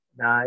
na